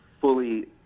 fully